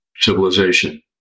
civilization